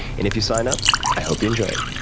and if you sign up, i hope you enjoy it